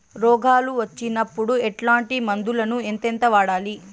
రోగాలు వచ్చినప్పుడు ఎట్లాంటి మందులను ఎంతెంత వాడాలి?